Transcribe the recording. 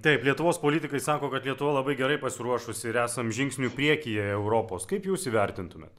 taip lietuvos politikai sako kad lietuva labai gerai pasiruošusi ir esam žingsniu priekyje europos kaip jūs įvertintumėt